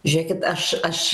žėkit aš aš